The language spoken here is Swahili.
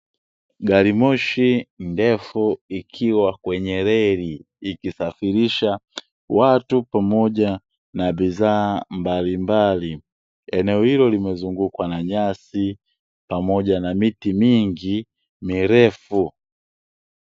Garimoshi ndefu ikiwa kwenye reli ikisafirisha watu pamoja na bidhaa mbalimbali. Eneo hilo limezungukwa na nyasi pamoja na miti mingi mirefu.